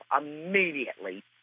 immediately